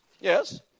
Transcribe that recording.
Yes